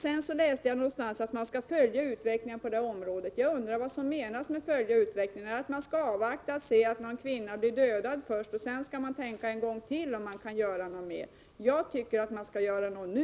Jag läste någonstans att man skall följa utvecklingen på området. Jag undrar vad som menas med att följa utvecklingen. Skall man avvakta och se att någon kvinna blir dödad först och sedan tänka en gång till om man kan göra något mer? Jag tycker att man skall göra något nu.